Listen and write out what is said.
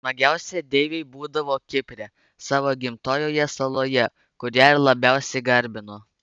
smagiausia deivei būdavo kipre savo gimtojoje saloje kur ją ir labiausiai garbino